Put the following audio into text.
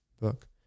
book